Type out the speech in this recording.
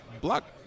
block